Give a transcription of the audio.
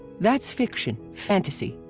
that's fiction, fantasy,